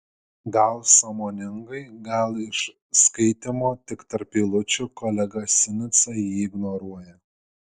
gal sąmoningai gal iš skaitymo tik tarp eilučių kolega sinica jį ignoruoja